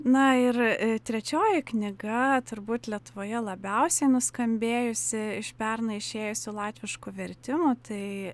na ir trečioji knyga turbūt lietuvoje labiausiai nuskambėjusi iš pernai išėjusių latviškų vertimų tai